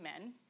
men